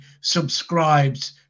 subscribes